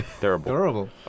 Durable